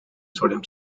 sodium